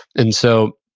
and so,